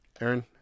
Aaron